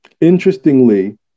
interestingly